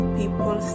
people